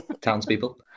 townspeople